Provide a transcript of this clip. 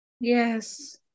Yes